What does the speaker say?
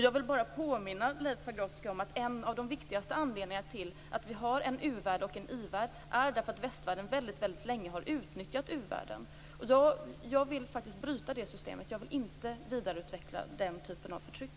Jag vill bara påminna Leif Pagrotsky om att en av de viktigaste anledningarna till att vi har en u-värld och en i-värld är att västvärlden väldigt länge har utnyttjat u-världen. Jag vill faktiskt bryta det systemet, jag vill inte vidareutveckla den typen av förtryck.